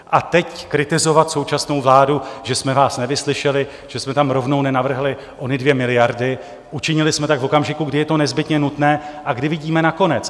A teď kritizovat současnou vládu, že jsme vás nevyslyšeli, že jsme tam rovnou nenavrhli ony 2 miliardy učinili jsme tak v okamžiku, kdy je to nezbytné nutné a kdy vidíme na konec.